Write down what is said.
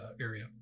area